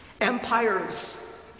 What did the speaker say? Empires